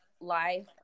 life